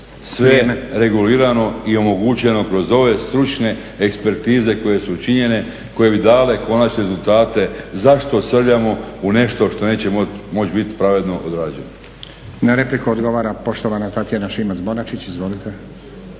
sve regulirano i omogućeno kroz ove stručne ekspertize koje su učinjene koje bi dale konačne rezultate zašto srljamo u nešto što neće moći biti pravedno odrađeno. **Stazić, Nenad (SDP)** Na repliku odgovara poštovana Tatjana Šimac-Bonačić. Izvolite.